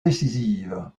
décisives